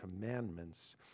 commandments